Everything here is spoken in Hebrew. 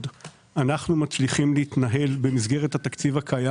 אנחנו מצליחים להתנהל במסגרת התקציב הקיים,